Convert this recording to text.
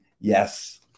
yes